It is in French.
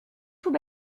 tout